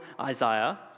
Isaiah